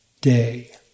day